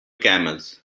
camels